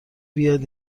بیاد